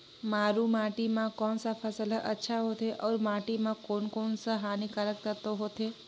मारू माटी मां कोन सा फसल ह अच्छा होथे अउर माटी म कोन कोन स हानिकारक तत्व होथे?